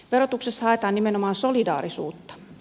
verotuksessa haetaan nimenomaan solidaarisuutta